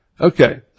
Okay